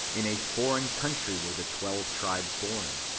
in a foreign country were the twelve tribes born,